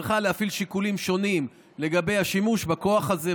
צריכה להפעיל שיקולים שונים לגבי השימוש בכוח הזה,